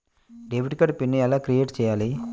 Debit card pin ఎలా create చెయ్యాలి?